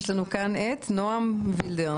נעם וילדר,